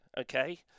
okay